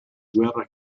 guerra